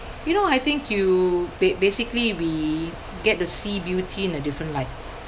you know I think you ba~ basically we get to see beauty in a different light